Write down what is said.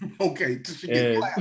okay